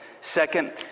Second